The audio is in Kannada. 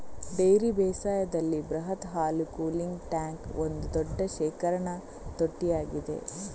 ಡೈರಿ ಬೇಸಾಯದಲ್ಲಿ ಬೃಹತ್ ಹಾಲು ಕೂಲಿಂಗ್ ಟ್ಯಾಂಕ್ ಒಂದು ದೊಡ್ಡ ಶೇಖರಣಾ ತೊಟ್ಟಿಯಾಗಿದೆ